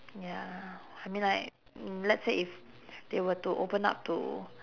ya I mean like mm let's say if they were to open up to